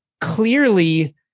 clearly